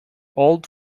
old